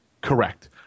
Correct